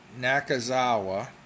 Nakazawa